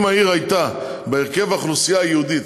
אם העיר הייתה בהרכב של האוכלוסייה היהודית,